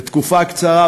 בתקופה קצרה,